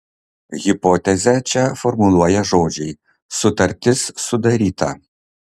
hipotezę čia formuluoja žodžiai sutartis sudaryta